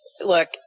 look